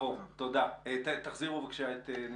תעלו בבקשה את ניסים.